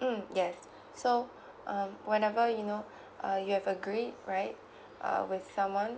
mm yes so um whenever you know uh you have agreed right uh with someone